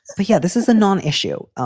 but yeah. this is a non-issue. ah